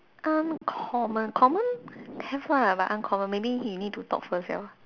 uncommon common have lah but uncommon maybe you need to talk first ah